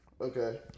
Okay